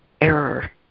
error